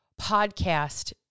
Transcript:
podcast